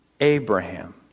Abraham